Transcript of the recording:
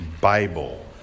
Bible